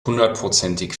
hundertprozentig